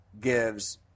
gives